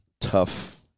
tough